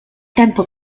tempo